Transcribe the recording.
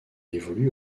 évolue